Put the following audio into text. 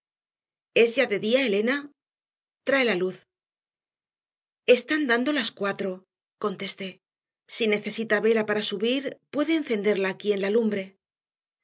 de día elena trae la luz están dando las cuatro contesté si necesita vela para subir puede encenderla aquí en la lumbre